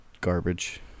garbage